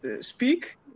speak